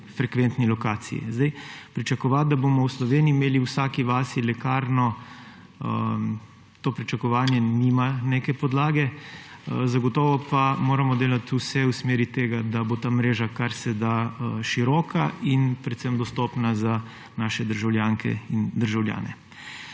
frekventni lokaciji. Pričakovati, da bomo v Sloveniji imeli v vsaki vasi lekarno, to pričakovanje nima neke podlage. Zagotovo pa moramo delati vse v smeri tega, da bo ta mreža karseda široka in predvsem dostopna za naše državljanke in državljane.